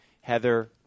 Heather